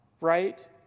right